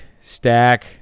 stack